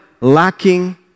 lacking